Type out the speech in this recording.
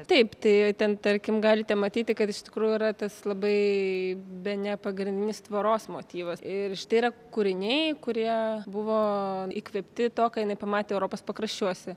taip tai ten tarkim galite matyti kad iš tikrųjų yra tas labai bene pagrindinis tvoros motyvas ir štai yra kūriniai kurie buvo įkvėpti to ką jinai pamatė europos pakraščiuose